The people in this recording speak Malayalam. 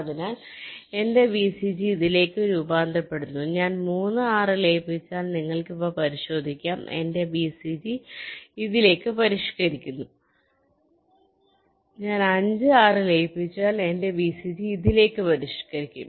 അതിനാൽ എന്റെ VCG ഇതിലേക്ക് രൂപാന്തരപ്പെടുന്നു ഞാൻ 3 6 ലയിപ്പിച്ചാൽ നിങ്ങൾക്ക് ഇവ പരിശോധിക്കാം എന്റെ VCG ഇതിലേക്ക് പരിഷ്കരിക്കുന്നു ഞാൻ 5 6 ലയിപ്പിച്ചാൽ എന്റെ വിസിജി ഇതിലേക്ക് പരിഷ്കരിക്കും